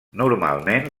normalment